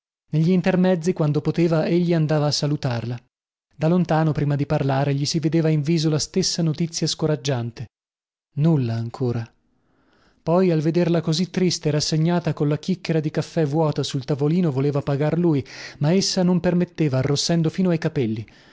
negli intermezzi quando poteva egli andava a salutarla da lontano prima di parlare gli si vedeva in viso la stessa notizia scoraggiante nulla ancora poi al vederla così triste e rassegnata colla chicchera di caffè vuota sul tavolino voleva pagar lui ma essa non permetteva arrossendo fino ai capelli